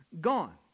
gone